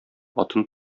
атын